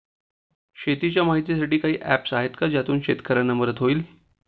शेतीचे माहितीसाठी काही ऍप्स आहेत का ज्यातून शेतकऱ्यांना मदत होईल?